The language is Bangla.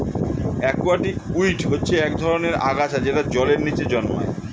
অ্যাকুয়াটিক উইড হচ্ছে এক ধরনের আগাছা যেটা জলের নিচে জন্মায়